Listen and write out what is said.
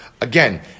Again